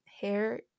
hair